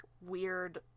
weird